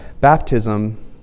baptism